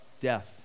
death